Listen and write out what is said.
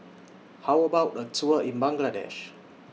How about A Tour in Bangladesh